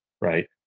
right